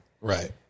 Right